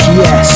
yes